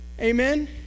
Amen